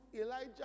Elijah